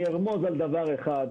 אני ארמוז על דבר אחד.